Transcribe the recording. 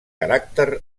caràcter